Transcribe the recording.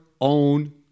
own